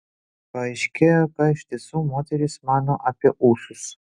paaiškėjo ką iš tiesų moterys mano apie ūsus